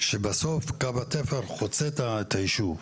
שבסוף קו התפר חוצה את היישוב.